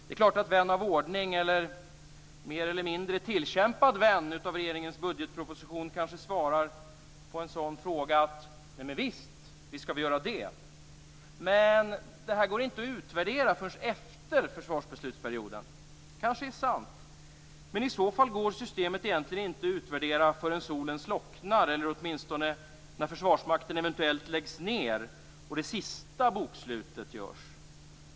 Det är klart att vän av ordning eller mer eller mindre tillkämpad vän av regeringens budgetpropoosition kanske svarar: Javisst skall vi göra det, men det här går inte att utvärdera förrän efter försvarsbeslutsperioden. Det kanske är sant, men i så fall fall går systemet egentligen att utvärdera förrän solen slocknar eller åtminstone när Försvarsmakten eventuellt läggs ned och det sista bokslutet görs.